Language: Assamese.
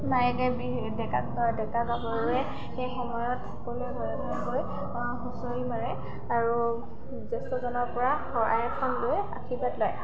মাৰেগে বিহু ডেকা ডেকা গাভৰুৱে সেই সময়ত সকলোৱে ঘৰে ঘৰে গৈ হুঁচৰি মাৰে আৰু জ্যেষ্ঠজনৰ পৰা শৰাই এখন লৈ আশীৰ্বাদ লয়